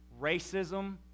racism